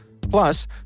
Plus